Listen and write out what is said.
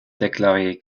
déclaré